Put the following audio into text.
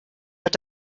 hat